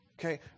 Okay